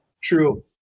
True